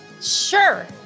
Sure